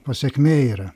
pasekmė yra